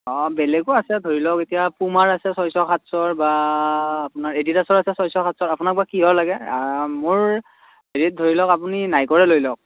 অঁ বেলেগো আছে ধৰি লওক এতিয়া পোমাৰ আছে ছয়শ সাতশৰ বা আপোনাৰ এডিদাছৰ আছে ছয়শ সাতশত আপোনাক বা কিহৰ লাগে মোৰ হেৰিত ধৰি লওক আপুনি নাইকৰে লৈ লওক